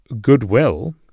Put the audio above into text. goodwill